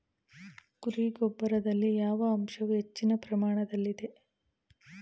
ಕುರಿ ಗೊಬ್ಬರದಲ್ಲಿ ಯಾವ ಅಂಶವು ಹೆಚ್ಚಿನ ಪ್ರಮಾಣದಲ್ಲಿದೆ?